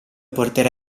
porterà